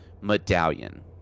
medallion